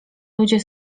ludzie